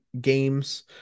games